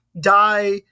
die